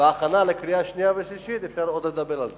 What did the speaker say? בהכנה לקריאה שנייה ושלישית אפשר עוד לדבר על זה.